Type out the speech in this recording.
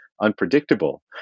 unpredictable